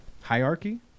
hierarchy